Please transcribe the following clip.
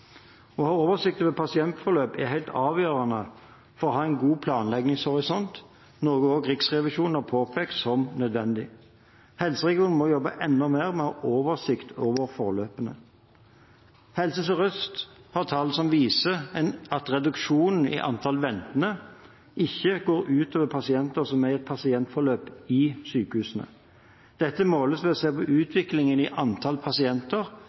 Å ha oversikt over pasientforløp er helt avgjørende for å ha en god planleggingshorisont, noe også Riksrevisjonen har påpekt som nødvendig. Helseregionene må jobbe enda mer med å ha oversikt over forløpene. Helse Sør-Øst har tall som viser at reduksjonen i antall ventende ikke går ut over pasienter som er i et pasientforløp i sykehusene. Dette måles ved å se på utviklingen i antall pasienter